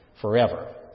forever